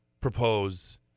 propose